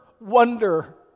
wonder